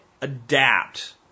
adapt